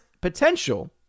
potential